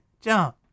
jump